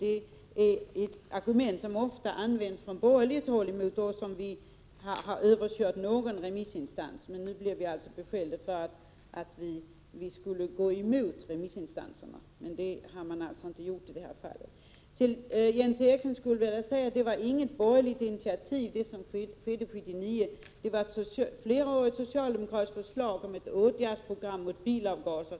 Det är ett argument som ofta används från borgerligt håll mot oss socialdemokrater :om vi har kört över någon remissinstans. Men nu blir vi alltså beskyllda för att gå emot remissinstanserna, men så är inte fallet i detta sammanhang. Till Jens Eriksson vill jag säga att det som skedde 1979 inte skedde på något borgerligt initiativ. Socialdemokraterna hade i flera år föreslagit ett åtgärdsprogram mot bilavgaser.